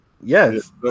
Yes